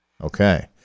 Okay